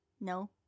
No